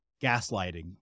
gaslighting